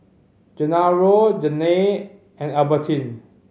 Genaro Janay and Albertine